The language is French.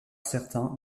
certains